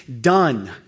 done